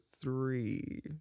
three